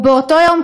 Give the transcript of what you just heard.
באותו יום,